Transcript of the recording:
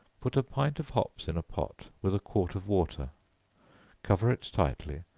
put a pint of hops in a pot, with a quart of water cover it tightly,